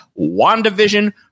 WandaVision